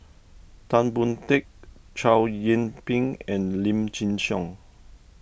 Tan Boon Teik Chow Yian Ping and Lim Chin Siong